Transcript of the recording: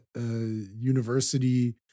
university